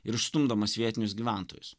ir išstumdamas vietinius gyventojus